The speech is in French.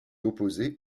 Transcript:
opposé